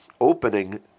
opening